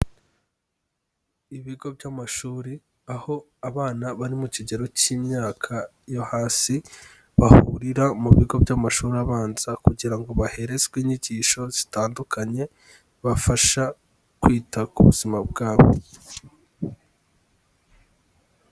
Ibigo by'amashuri, aho abana bari mu kigero cy'imyaka yo hasi bahurira mu bigo by'amashuri abanza kugira ngo baherezwe inyigisho zitandukanye, zibafasha kwita ku buzima bwabo.